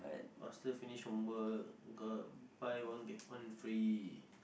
faster finish homework got buy one get one free